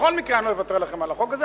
בכל מקרה אני לא אוותר לכם על החוק הזה.